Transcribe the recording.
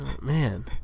Man